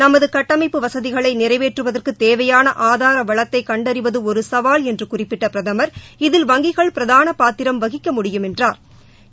நமது கட்டமைப்பு வசதிகளை நிறைவேற்றுவதற்கு தேவையான ஆதார வளத்தை கண்டறிவது ஒரு சவால் என்று குறிப்பிட்ட பிரதமா் இதில் வங்கிகள் பிரதான பாத்திரம் வகிக்க முடியும் என்றாா்